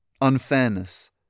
unfairness